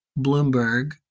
Bloomberg